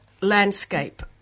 landscape